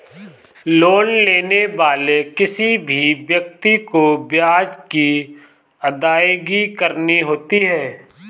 loan लेने वाले किसी भी व्यक्ति को ब्याज की अदायगी करनी होती है